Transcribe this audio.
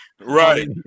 Right